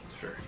Sure